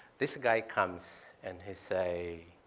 this guy comes, and he say,